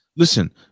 Listen